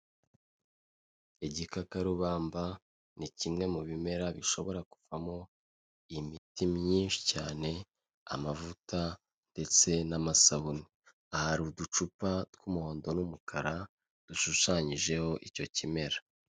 Igikakarubamba ni kimwe mu bimera bishobora kuvamo imiti myinshi cyane amavuta ndetse n'amasabune hari uducupa tw'umuhondo n'umukara dushushanyijeho icyo kimera.